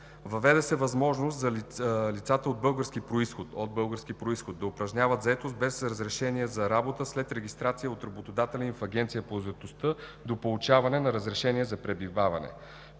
Въведе се възможност за лицата от български произход да упражняват заетост без разрешение за работа след регистрация от работодателя им в Агенцията по заетостта до получаване на разрешение за пребиваване.